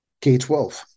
K-12